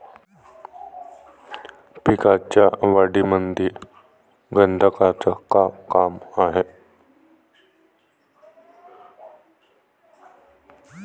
पिकाच्या वाढीमंदी गंधकाचं का काम हाये?